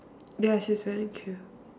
ya she's wearing shoe